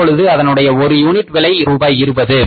இப்பொழுது அதனுடைய ஒரு யூனிட் விலை ரூபாய் 20